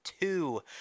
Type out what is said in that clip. two